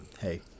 hey